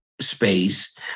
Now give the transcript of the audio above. space